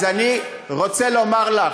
על 150,